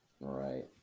Right